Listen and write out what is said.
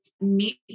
meet